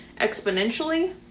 exponentially